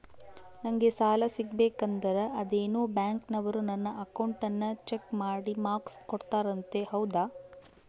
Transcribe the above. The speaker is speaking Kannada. ನಂಗೆ ಸಾಲ ಸಿಗಬೇಕಂದರ ಅದೇನೋ ಬ್ಯಾಂಕನವರು ನನ್ನ ಅಕೌಂಟನ್ನ ಚೆಕ್ ಮಾಡಿ ಮಾರ್ಕ್ಸ್ ಕೋಡ್ತಾರಂತೆ ಹೌದಾ?